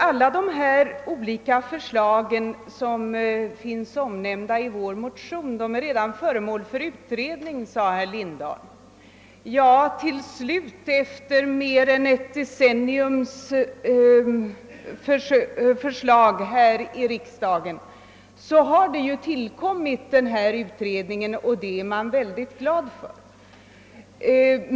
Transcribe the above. Alla de olika förslag som finns omnämnda i vår motion är redan föremål för utredning, sade herr Lindholm. Ja, till slut efter mer än ett decennium av förslag här i riksdagen har denna utredning tillkommit, och det är jag mycket glad för.